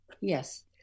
yes